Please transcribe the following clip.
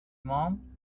mom